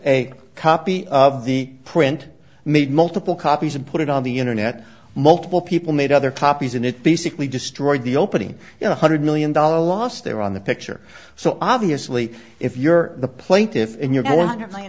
a copy of the print made multiple copies and put it on the internet multiple people made other copies and it basically destroyed the opening one hundred million dollars lost there on the picture so obviously if you're the plaintiffs and you're